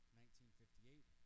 1958